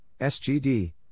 SGD